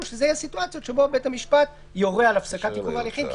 שאלו יהיו סיטואציות שבהן בית המשפט יורה על הפסקת עיכוב ההליכים,